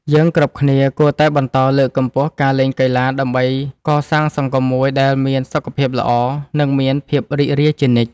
យើងគ្រប់គ្នាគួរតែបន្តលើកកម្ពស់ការលេងកីឡាដើម្បីកសាងសង្គមមួយដែលមានសុខភាពល្អ និងមានភាពរីករាយជានិច្ច។